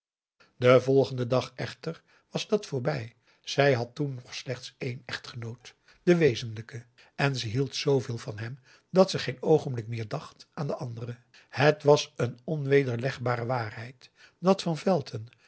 den volgenden dag echter was dat voorbij zij had toen nog slechts één echtgenoot de wezenlijke en ze hield zveel van hem dat ze geen oogenblik meer dacht aan den anderen het was een onwederlegbare waarheid dat van velton